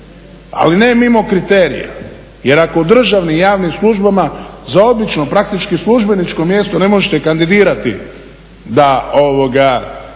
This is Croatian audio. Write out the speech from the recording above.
ali ne mimo kriterija. Jer ako u državnim javnim službama za obično praktički službeničko mjesto ne možete kandidirati ako